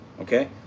okay